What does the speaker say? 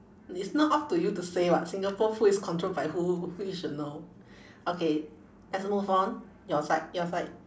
it's not up to you to say [what] singapore pool is control by who who you should know okay let's move on your side your side